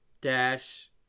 Dash